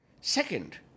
Second